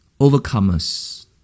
overcomers